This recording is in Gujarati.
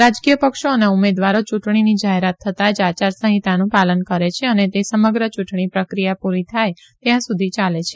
રાજકીય પક્ષો અને ઉમેદવારો યુંટણીની જાહેરાત થતાં જ આયાર સંહિતાનું પાલન કરે છે અને તે સમગ્ર યુંટણી પ્રક્રિયા પુરી થાય ત્યાં સુધી યાલે છે